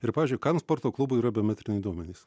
ir pavyzdžiui kam sporto klubui yra biometriniai duomenys